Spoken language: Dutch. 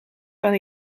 kan